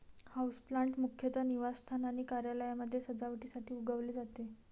houseplant मुख्यतः निवासस्थान आणि कार्यालयांमध्ये सजावटीसाठी उगवले जाते